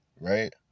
Right